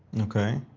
okay.